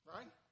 Right